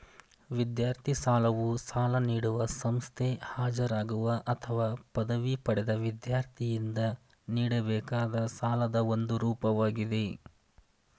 ವಿದ್ಯಾರ್ಥಿ ಸಾಲವು ಸಾಲ ನೀಡುವ ಸಂಸ್ಥೆ ಹಾಜರಾಗುವ ಅಥವಾ ಪದವಿ ಪಡೆದ ವಿದ್ಯಾರ್ಥಿಯಿಂದ ನೀಡಬೇಕಾದ ಸಾಲದ ಒಂದು ರೂಪವಾಗಿದೆ